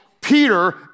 Peter